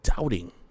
doubting